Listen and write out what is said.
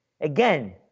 Again